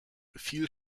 viel